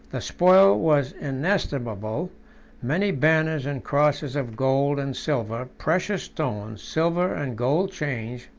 the spoil was inestimable many banners and crosses of gold and silver, precious stones, silver and gold chains,